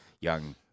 young